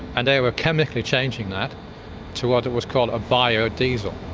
and they were chemically changing that to what was called a biodiesel.